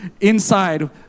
inside